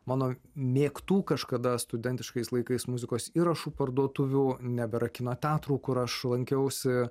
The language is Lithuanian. mano mėgtų kažkada studentiškais laikais muzikos įrašų parduotuvių nebėra kino teatrų kur aš lankiausi